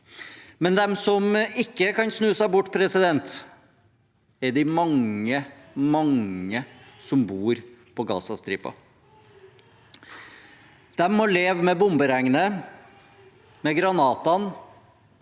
Men de som ikke kan snu seg bort, er de mange som bor på Gazastripen. De må leve med bomberegnet, granatene